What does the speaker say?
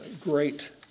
great